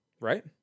right